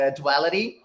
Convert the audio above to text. duality